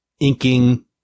inking